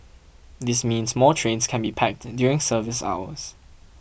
this means more trains can be packed during service hours